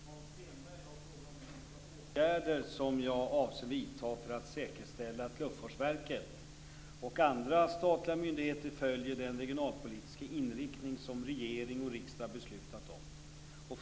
Fru talman! Hans Stenberg har frågat mig vilka åtgärder som jag avser vidta för att säkerställa att Luftfartsverket och andra statliga myndigheter följer den regionalpolitiska inriktning som regering och riksdag beslutat om.